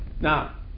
Now